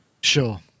Sure